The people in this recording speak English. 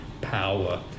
power